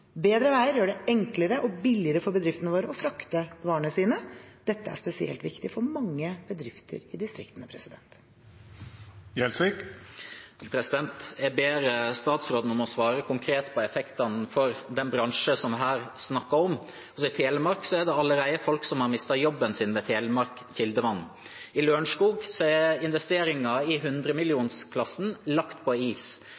Bedre veier gjør det enklere og billigere for bedriftene våre å frakte varene sine. Dette er spesielt viktig for mange bedrifter i distriktene. Jeg ber statsråden om å svare konkret på effektene for den bransje som man her snakker om. I Telemark er det allerede folk som har mistet jobben sin ved Telemark Kildevann. I Lørenskog er investeringer i